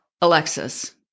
Alexis